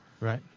Right